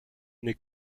n’est